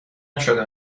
نشده